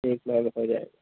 ठीक मैम हो जाएगा